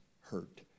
hurt